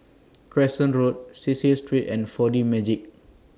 Crescent Road Cecil Street and four D Magix